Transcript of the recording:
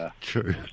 True